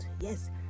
Yes